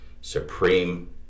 supreme